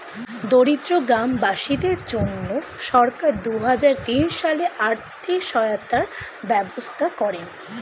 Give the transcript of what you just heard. দরিদ্র গ্রামবাসীদের জন্য সরকার দুহাজার তিন সালে আর্থিক সহায়তার ব্যবস্থা করেন